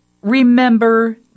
remember